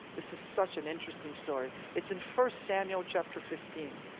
this is such an interesting story. it's in first samuel chapter fifteen.